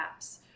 apps